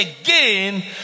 again